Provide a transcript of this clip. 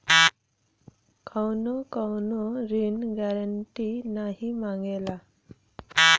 कउनो कउनो ऋण गारन्टी नाही मांगला